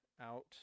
out